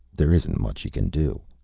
there isn't much you can do.